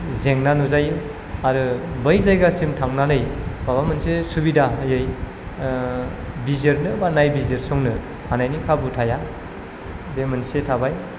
जेंना नुजायो आरो बै जायगासिम थांनानै माबा मोनसे सुबिदायै बिजिरनो बा नायबिजिरसंनो हानायनि खाबु थाया बे मोनसे थाबाय